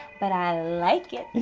but i like it.